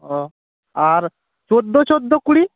ও আর চোদ্দো চোদ্দো কুড়ি